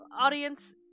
Audience